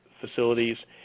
facilities